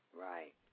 Right